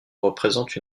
représente